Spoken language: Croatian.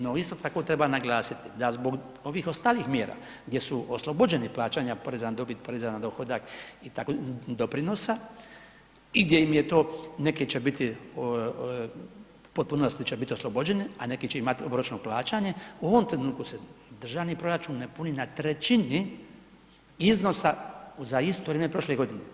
No isto tako treba naglasiti da zbog ovih ostalih mjera gdje su oslobođeni plaćanja poreza na dobit, poreza na dohodak i takvih doprinosa i gdje im je to, neki će biti, u potpunosti će biti oslobođeni a neki će imat obročno plaćanje, u ovom trenutku se državni proračun ne puni na 1/3 iznosa za isto vrijeme prošle godine.